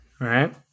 right